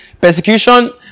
Persecution